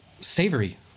Savory